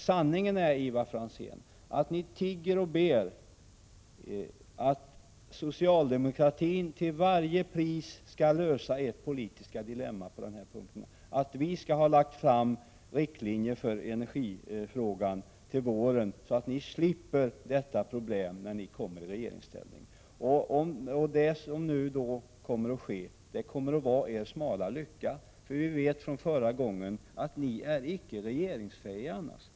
Sanningen är den, Ivar Franzén, att ni tigger och ber om att socialdemokratin till varje pris skall lösa ert politiska dilemma på den här punkten. Ni hoppas att vi skall ha lagt fram riktlinjer för energipolitiken till våren, så att ni slipper detta problem om ni skulle komma i regeringsställning. Om så blir fallet, kommer detta att vara er smala lycka. Från förra gången vet vi ju att ni annars icke är regeringsfähiga.